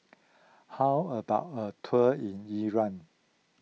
how about a tour in Iran